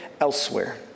elsewhere